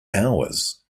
hours